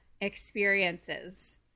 experiences